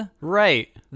Right